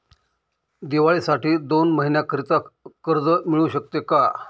दिवाळीसाठी दोन महिन्याकरिता कर्ज मिळू शकते का?